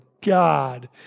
God